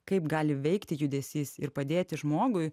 kaip gali veikti judesys ir padėti žmogui